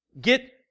get